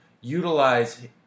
utilize